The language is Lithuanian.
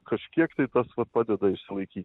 kažkiek tai tas vat padeda išlaikyt